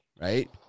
right